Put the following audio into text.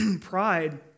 pride